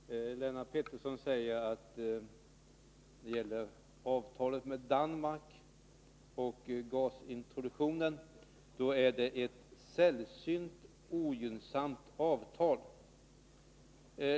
Herr talman! Lennart Pettersson säger att avtalet med Danmark om gasintroduktion är ett sällsynt ogynnsamt avtal.